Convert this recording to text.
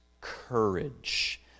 courage